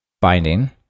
binding